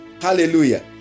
Hallelujah